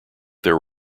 their